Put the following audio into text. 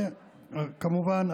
וכמובן,